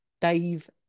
Dave